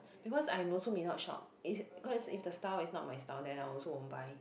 because I'm also may not shop is because if the style is not my style then I also won't buy